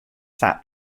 sap